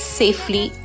safely